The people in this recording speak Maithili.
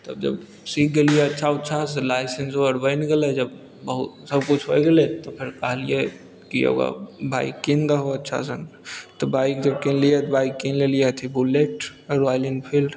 तऽ जब सीख गेलियै अच्छा उच्छा से लाइसेन्सो अर बनि गेलय जब बहुत सबकिछु होइ गेलय तऽ फेर कहलियै कि एगो बाइक कीन दहो अच्छा सन तऽ बाइक जब कीनलियै तऽ बाइक कीन लेलियै अथी बुलेट रॉयल इनफील्ड